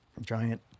giant